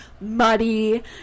muddy